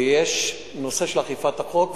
ויש נושא של אכיפת החוק,